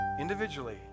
individually